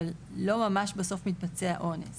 אבל לא ממש בסוף מתבצע אונס